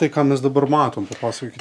tai ką mes dabar matom papasakokit